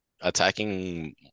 attacking